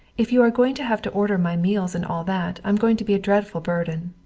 if you are going to have to order my meals and all that, i'm going to be a dreadful burden.